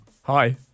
Hi